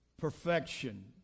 perfection